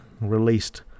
released